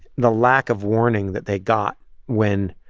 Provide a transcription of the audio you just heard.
the lack of warning that they got when,